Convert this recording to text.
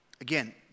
Again